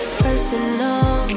personal